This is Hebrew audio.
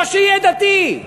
לא שיהיה דתי,